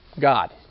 God